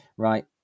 Right